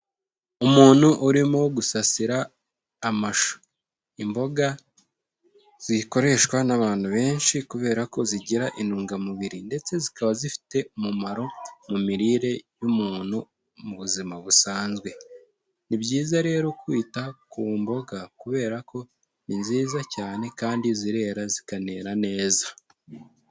Umuntu urimo gusasira amashu. Imboga zikoreshwa n'abantu benshi kubera ko zigira intungamubiri ndetse zikaba zifite umumaro mu mirire y'umuntu mu buzima busanzwe. Ni byiza rero kwita ku mboga kubera ko ni nziza cyane kandi zirera, zikanera neza.